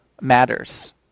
matters